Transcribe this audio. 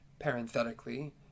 Parenthetically